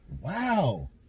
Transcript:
Wow